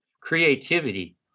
creativity